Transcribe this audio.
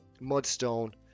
Mudstone